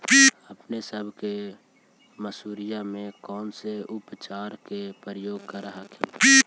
अपने सब मसुरिया मे कौन से उपचार के प्रयोग कर हखिन?